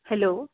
hello